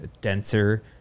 denser